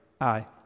aye